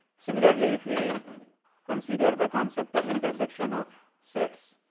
similarly, if we consider the concept of intersection of sets,